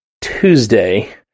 Tuesday